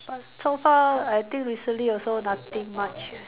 but so far I think recently also nothing much